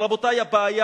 אבל, רבותי, הבעיה